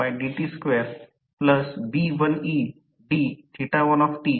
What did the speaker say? तर कसे म्हणून एक स्क्विरेल केज रोटर हा बेअर तांबे बार पासून बनलेला आहे